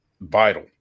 vital